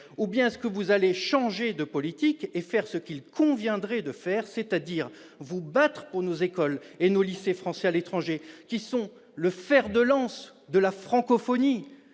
ou bien allez-vous changer de politique et faire ce qu'il conviendrait de faire, c'est-à-dire vous battre pour nos écoles et nos lycées français à l'étranger, qui sont le fer de lance de la francophonie,